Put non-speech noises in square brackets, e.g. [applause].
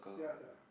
yea [noise]